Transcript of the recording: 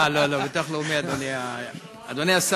אה, לא, לא, ביטוח לאומי, אדוני השר.